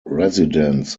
residents